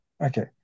Okay